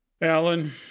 Alan